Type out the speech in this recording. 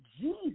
Jesus